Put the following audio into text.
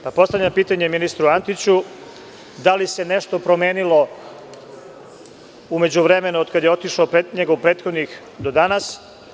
Postavljam pitanje ministru Antiću – da li se nešto promenilo u međuvremenu od kada je otišao njegov prethodnik do danas?